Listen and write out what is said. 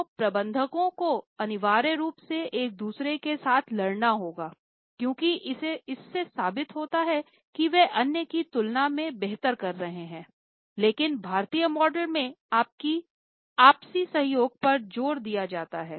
तो प्रबंधकों को अनिवार्य रूप से एक दूसरे के साथ लड़ना होगा क्योंकि इसे साबित होता है कि वे अन्य की तुलना में बेहतर कर रहे हैं लेकिन भारतीय मॉडल में आपसी सहयोग पर जोर दिया गया है